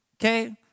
Okay